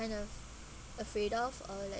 kind of afraid of or like